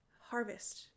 harvest